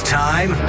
time